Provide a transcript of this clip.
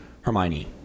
Hermione